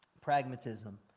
Pragmatism